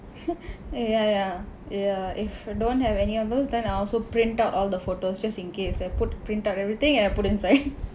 eh ya ya if ya don't have any of those then I also print out all the photos just in case I put print out everything and I put inside